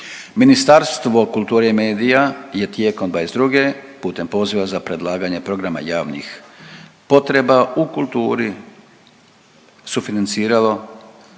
Ministarstvo kulture i medija je tijekom '22. putem poziva za predlaganje programa javnih potreba u kulturi sufinanciralo